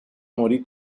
morì